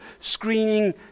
screening